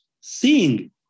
seeing